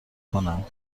کنند